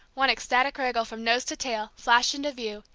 one ecstatic wriggle from nose to tail, flashed into view,